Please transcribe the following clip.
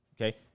Okay